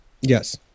Yes